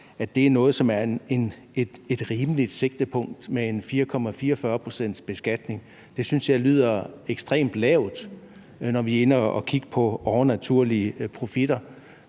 som er et rimeligt sigtepunkt med en 4,44 pct.s beskatning. Det synes jeg lyder ekstremt lavt, når vi er inde at kigge på overnaturlige profitter.